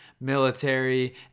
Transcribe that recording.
military